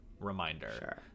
reminder